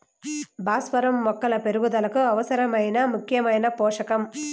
భాస్వరం మొక్కల పెరుగుదలకు అవసరమైన ముఖ్యమైన పోషకం